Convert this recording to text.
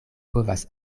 povas